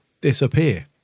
disappear